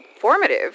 formative